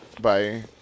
Bye